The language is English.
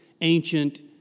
ancient